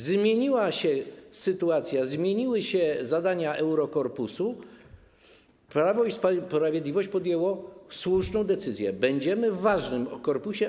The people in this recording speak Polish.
Zmieniła się sytuacja, zmieniły się zadania Eurokorpusu, Prawo i Sprawiedliwość podjęło słuszną decyzję: będziemy w ważnym korpusie.